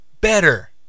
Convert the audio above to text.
better